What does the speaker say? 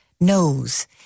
knows